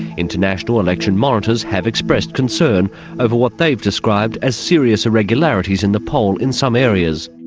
international election monitors have expressed concern over what they've described as serious irregularities in the poll in some areas.